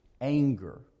anger